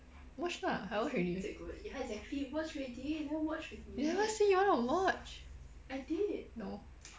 watch lah I watch already you never say you want to watch no